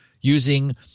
using